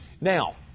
Now